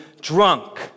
drunk